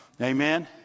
Amen